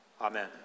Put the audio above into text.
Amen